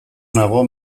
nago